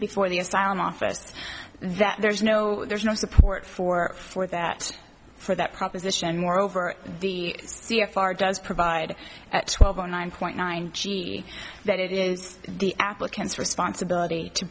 before the asylum office that there's no there's no support for for that for that proposition moreover the c f r does provide at twelve o nine point nine that it is the applicant's responsibility to